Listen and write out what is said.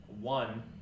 one